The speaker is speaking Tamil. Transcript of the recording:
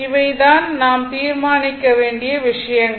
இவை தான் நாம் தீர்மானிக்க வேண்டிய விஷயங்கள்